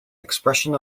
expression